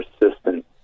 persistent